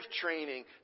training